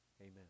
Amen